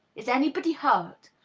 is anybody hurt?